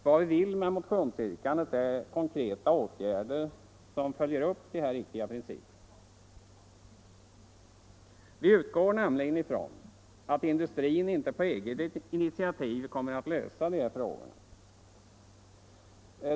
Vad vi vill åstadkomma med motionsyrkandet är konkreta åtgärder som följer upp dessa riktiga principer. Vi utgår nämligen från att industrin inte på eget initiativ kommer att lösa dessa frågor.